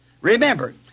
Remember